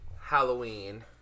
halloween